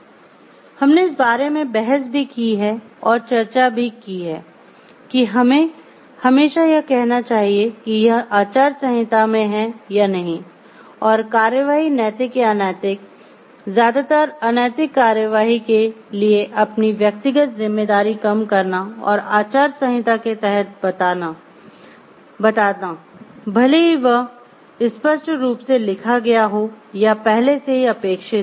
हमने इस बारे में बहस भी की है और चर्चा की है कि हमें हमेशा यह कहना चाहिए कि यह आचार संहिता में है या नहीं और कार्रवाई नैतिक या अनैतिक ज्यादातर अनैतिक कार्रवाई के लिए अपनी व्यक्तिगत जिम्मेदारी कम करना और आचार संहिता के तहत बताता भले ही वह स्पष्ट रूप से लिखा गया हो या पहले से ही अपेक्षित हो